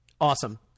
Awesome